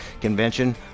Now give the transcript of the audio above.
Convention